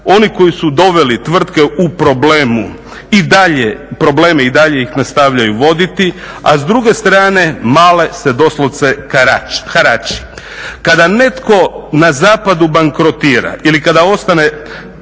oni koji su doveli tvrtke u probleme i dalje ih nastavljaju voditi, a s druge strane male se doslovce harači. Kada netko na zapadu bankrotira ili kada ostane